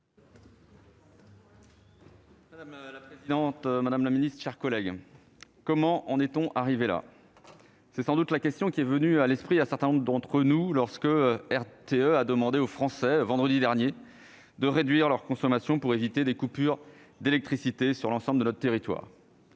Madame la présidente, madame la secrétaire d'État, mes chers collègues, comment en est-on arrivé là ? C'est sans doute la question qui est venue à l'esprit d'un certain nombre d'entre nous lorsque RTE a demandé aux Français, vendredi dernier, de réduire leur consommation pour éviter des coupures d'électricité sur le territoire.